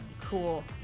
Cool